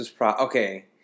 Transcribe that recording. Okay